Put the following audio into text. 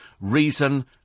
reason